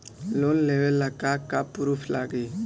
Loan लेबे ला का का पुरुफ लागि?